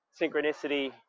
synchronicity